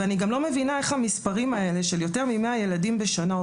אני גם לא מבינה איך המספרים האלה של יותר מ-100 ילדים בשנה,